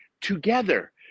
together